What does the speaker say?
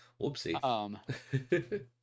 Whoopsie